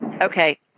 Okay